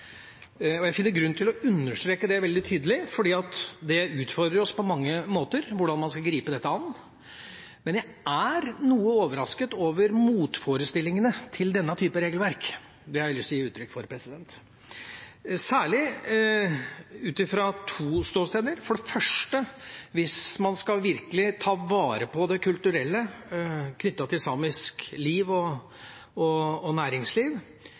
Jeg finner grunn til å understreke det veldig tydelig, fordi det utfordrer oss på mange måter hvordan man skal gripe dette an. Men jeg er noe overrasket over motforestillingene til denne typen regelverk – det har jeg lyst til å gi uttrykk for – særlig ut fra to ståsted. Hvis man virkelig skal ta vare på det kulturelle knyttet til samisk liv og